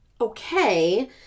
okay